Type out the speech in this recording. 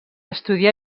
estudià